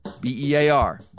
B-E-A-R